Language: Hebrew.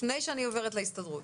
לפני שאני עוברת להסתדרות.